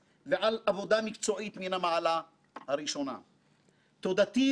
שנרתמו בכל מאודם להצלחתה של ועדת החקירה